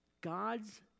God's